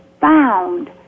found